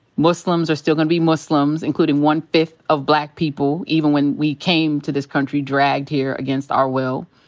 muslims are still gonna be muslims, including one fifth of black people, even when we came to this country, dragged here against our will.